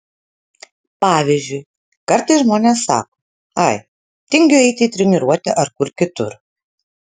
pavyzdžiui kartais žmonės sako ai tingiu eiti į treniruotę ar kur kitur